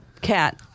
cat